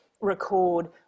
record